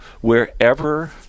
wherever